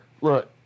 look